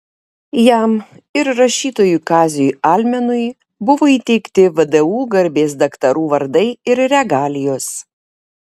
jam ir rašytojui kaziui almenui buvo įteikti vdu garbės daktarų vardai ir regalijos